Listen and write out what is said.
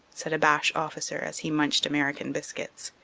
said a boche officer as he munched american biscuits.